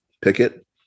picket